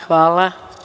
Hvala.